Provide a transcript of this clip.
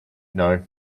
know